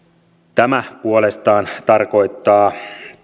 tämä puolestaan tarkoittaa